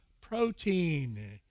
protein